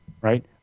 right